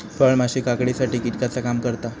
फळमाशी काकडीसाठी कीटकाचा काम करता